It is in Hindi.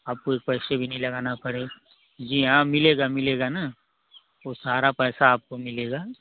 आपको पैसे भी नहीं लगाना पड़ेगा ये यहाँ मिलेगा मिलेगा न तो सारा पैसा आपको मिलेगा